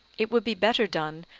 it would be better done,